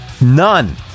none